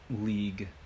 League